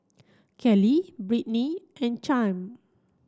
Kelli Brittny and Chaim